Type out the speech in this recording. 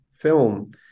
film